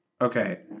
Okay